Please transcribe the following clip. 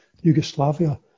Yugoslavia